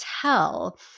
tell